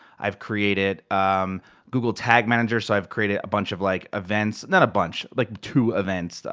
i've created google tag manager, so i've created a bunch of like events. not a bunch, like two events,